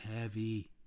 heavy